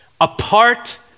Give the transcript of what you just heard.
apart